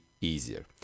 easier